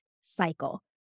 cycle